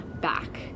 back